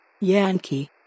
Yankee